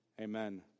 amen